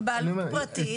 בבעלות פרטית.